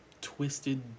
twisted